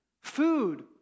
food